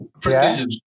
precision